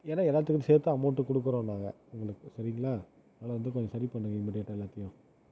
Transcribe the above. ஏன்னால் எல்லாத்துக்கும் சேர்த்து தான் அமௌன்ட்டு கொடுக்குறோம் நாங்கள் உங்களுக்கு சரிங்ளாக அதை வந்து கொஞ்சம் சரிப் பண்ணுங்க இம்மிடீயட்டாக எல்லாத்தையும்